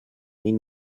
mil